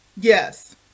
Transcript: yes